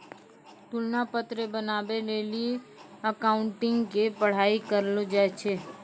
तुलना पत्र बनाबै लेली अकाउंटिंग के पढ़ाई करलो जाय छै